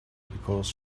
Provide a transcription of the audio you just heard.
because